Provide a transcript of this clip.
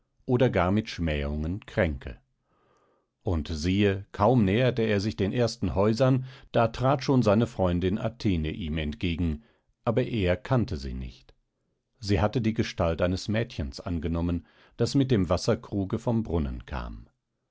oder gar mit schmähungen kränke und siehe kaum näherte er sich den ersten häusern da trat schon seine freundin athene ihm entgegen aber er kannte sie nicht sie hatte die gestalt eines mädchens angenommen das mit dem wasserkruge vom brunnen kam